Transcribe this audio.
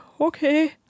okay